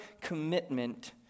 commitment